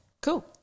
Cool